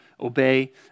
obey